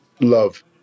Love